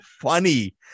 funny